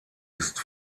ist